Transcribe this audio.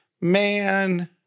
Man